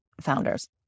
founders